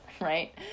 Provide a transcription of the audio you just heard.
right